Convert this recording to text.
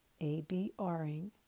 ABRing